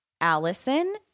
Allison